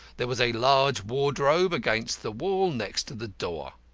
there was a large wardrobe against the wall next to the door.